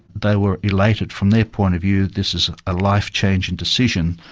they were elated from their point of view. this is a life-changing decision,